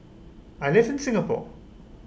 I live in Singapore